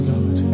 God